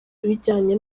bijyanye